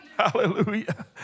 Hallelujah